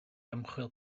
ymchwil